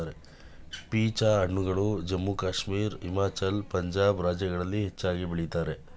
peach ಹಣ್ಣುಗಳು ಜಮ್ಮು ಕಾಶ್ಮೀರ, ಹಿಮಾಚಲ, ಪಂಜಾಬ್ ರಾಜ್ಯಗಳಲ್ಲಿ ಹೆಚ್ಚಾಗಿ ಬೆಳಿತರೆ